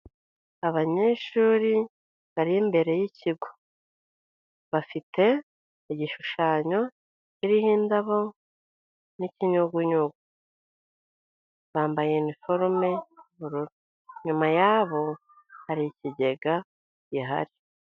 Abanyeshuri bari imbere y'ikigo. Bafite igishushanyo kiriho indabo n'ikinyugunyugu. Bambaye iniforume y'ubururu. Inyuma yabo hari ikigega gihari.